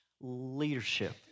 leadership